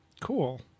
Cool